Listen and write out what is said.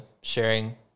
sharing